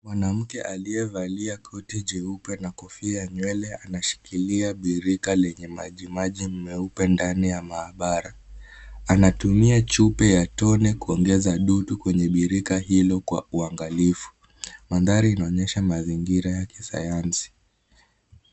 Mwanamke aliyevalia koti jeupe na kofia ya nywele anashikilia birika lenye maji maji meupe ndani ya maabara. Anatumia chupa ya tone kuongeza dudu kwenye birika hilo kwa uangalifu. Mandhari inaonyesha mazingira ya kisayansi.